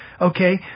Okay